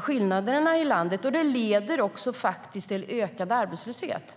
skillnader i landet och till ökad arbetslöshet.